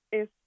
es